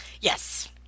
yes